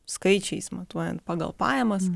skaičiais matuojant pagal pajamas